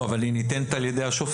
לא, אבל היא ניתנת על ידי השופט.